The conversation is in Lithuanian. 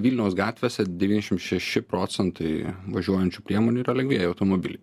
vilniaus gatvėse devyniasdešim šeši procentai važiuojančių priemonių yra lengvieji automobiliai